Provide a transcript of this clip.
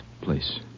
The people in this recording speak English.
place